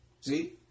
See